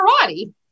Karate